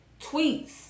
tweets